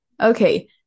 Okay